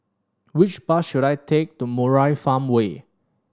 which bus should I take to Murai Farmway